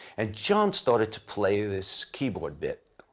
and jon started to play this keyboard bit,